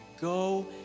Go